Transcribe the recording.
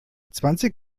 zwanzig